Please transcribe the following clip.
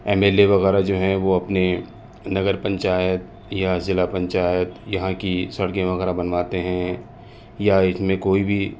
M L A وغیرہ جو ہیں وہ اپنے نگر پنچایت یا ضلع پنچایت یہاں کی سڑکیں وغیرہ بنواتے ہیں یا اس میں کوئی بھی